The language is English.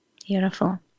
Beautiful